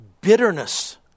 bitterness